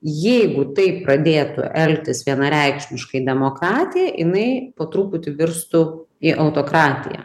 jeigu taip pradėtų elgtis vienareikšmiškai demokatija jinai po truputį virstų į autokratiją